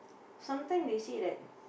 sometime they say that